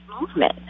movement